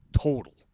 total